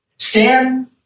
Stan